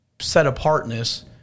set-apartness